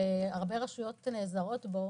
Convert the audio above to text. שהרבה רשויות נעזרות בו,